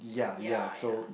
ya